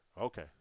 Okay